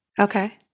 Okay